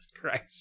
Christ